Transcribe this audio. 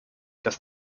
dass